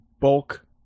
bulk